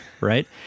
right